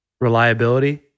reliability